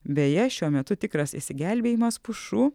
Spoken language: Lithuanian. beje šiuo metu tikras išsigelbėjimas pušų